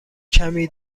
کمی